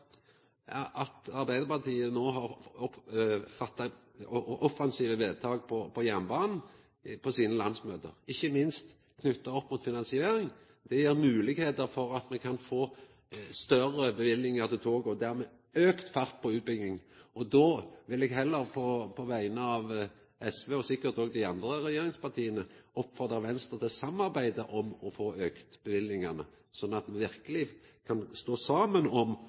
at Arbeidarpartiet på sitt landsmøte no har fatta offensive vedtak på jernbanen, ikkje minst knytte opp mot finansiering. Det gjev moglegheiter for at me kan få større løyvingar til toga, og dermed auka fart på utbygginga. Då vil eg på vegner av SV, og sikkert òg dei andre regjeringspartia, oppfordra Venstre til å samarbeida om å få auka løyvingane, slik at me verkeleg kan stå saman om